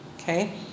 okay